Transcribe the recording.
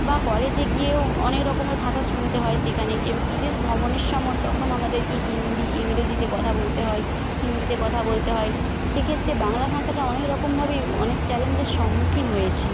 বা কলেজে গিয়েও অনেক রকমের ভাষা শুনতে হয় সেখানে গিয়ে বিদেশ ভ্রমণের সময় তখন আমাদেরকে হিন্দি ইংরেজিতে কথা বলতে হয় হিন্দিতে কথা বলতে হয় সেক্ষেত্রে বাংলা ভাষাটা অনেক রকমভাবেই অনেক চ্যালেঞ্জের সম্মুখীন হয়েছি